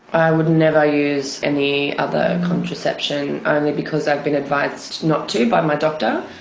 i would never use any other contraception only because i've been advised not to by my doctor.